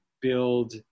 build